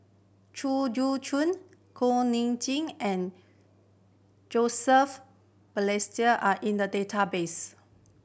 Chew Joo Kuak Nam Jin and Joseph Balestier are in the database